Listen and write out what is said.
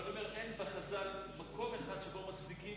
אני אומר שאין בחז"ל מקום אחד שבו מצדיקים